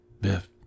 Biff